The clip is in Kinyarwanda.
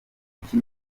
kuki